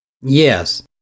Yes